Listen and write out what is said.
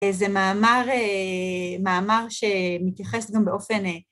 זה מאמר, מאמר שמתייחס גם באופן